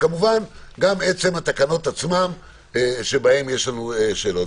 וגם עצם התקנות עצמן שבהן יש לנו שאלות.